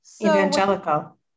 evangelical